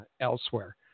elsewhere